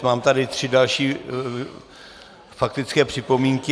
Mám tady tři další faktické připomínky.